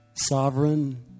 Sovereign